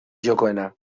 jokoena